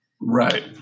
Right